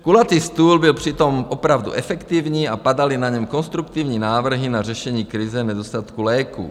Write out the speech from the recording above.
Kulatý stůl byl přitom opravdu efektivní a padaly na něm konstruktivní návrhy na řešení krize nedostatku léků.